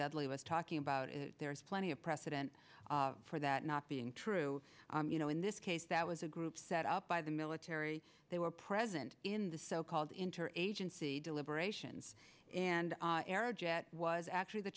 deadly less talking about it there is plenty of precedent for that not being true you know in this case that was a group set up by the military they were present in the so called interagency deliberations and was actually the